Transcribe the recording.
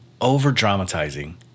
over-dramatizing